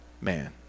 man